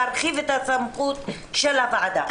להרחיב את המסכות של הוועדה.